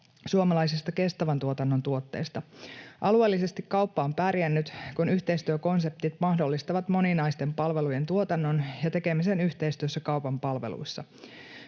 suomalaisesta kestävän tuotannon tuotteesta. Alueellisesti kauppa on pärjännyt, kun yhteistyökonseptit mahdollistavat moninaisten palvelujen tuotannon ja tekemisen yhteistyössä kaupan palveluissa.